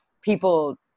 people